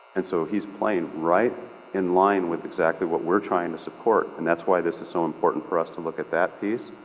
and so he's playing right in line with exactly what we're trying to support. and that's why this is so important for us to look at this piece,